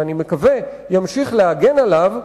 שאני מקווה שימשיך להגן עליהן,